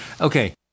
Okay